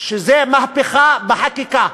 שזה מהפכה בחקיקה.